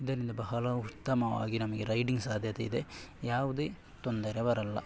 ಇದರಿಂದ ಬಹಳ ಉತ್ತಮವಾಗಿ ನಮಗೆ ರೈಡಿಂಗ್ ಸಾಧ್ಯತೆ ಇದೆ ಯಾವುದೇ ತೊಂದರೆ ಬರಲ್ಲ